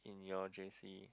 in your J_C